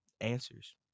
answers